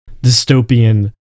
dystopian